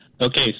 Okay